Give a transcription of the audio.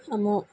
ଆମ